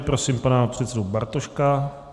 Prosím pana předsedu Bartoška.